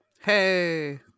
Hey